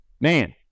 man